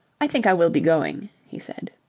i think i will be going, he said.